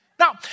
Now